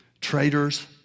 traitors